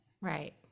Right